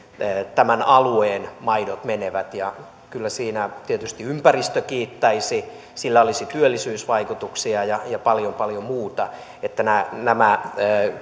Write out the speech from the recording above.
tämän alueen maidot menevät kyllä siinä tietysti ympäristö kiittäisi sillä olisi työllisyysvaikutuksia ja paljon paljon muuta että nämä nämä